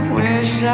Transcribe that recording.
wish